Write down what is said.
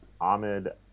ahmed